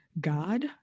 God